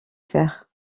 faire